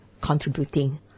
contributing